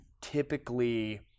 typically